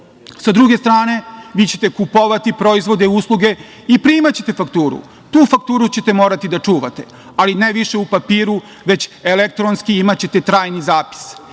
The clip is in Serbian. Sa druge strane, vi ćete kupovati proizvode i usluge i primaćete fakturu. Tu fakturu ćete morati da čuvate, ali ne više u papiru, već elektronski i imaćete trajni zapis.